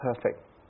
perfect